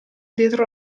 dietro